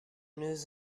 news